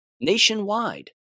Nationwide